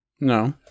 No